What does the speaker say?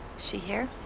she here?